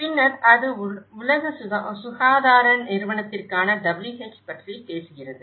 பின்னர் அது உலக சுகாதார நிறுவனத்திற்கான WH பற்றி பேசுகிறது